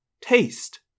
Taste